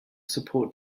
support